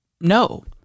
no